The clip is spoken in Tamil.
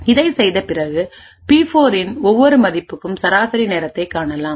இதைச் செய்த பிறகு பி4 இன் ஒவ்வொரு மதிப்புக்கும் சராசரி நேரத்தைக் காணலாம்